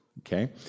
Okay